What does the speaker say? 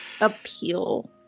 appeal